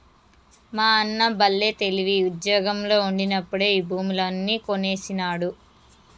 మా అన్న బల్లే తెలివి, ఉజ్జోగంలో ఉండినప్పుడే ఈ భూములన్నీ కొనేసినాడు